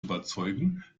überzeugen